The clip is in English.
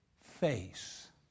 face